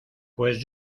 pues